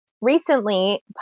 recently